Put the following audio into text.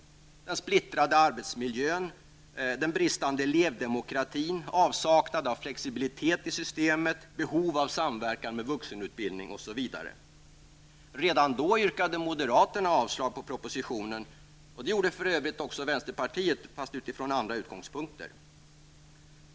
Jag tänker då på detta med splittrad arbetsmiljö, bristande elevdemokrati, avsaknad av flexibilitet i systemet, behov av samverkan med vuxenutbildning osv. Redan då yrkade moderaterna avslag på propositionen, och det gjorde för övrigt också vänsterpartiet, även om man gjorde det från andra utgångspunkter.